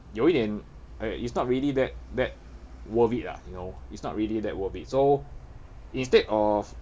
有一点 right it's not really that that worth it lah you know it's not really that worth it so instead of